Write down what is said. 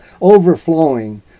overflowing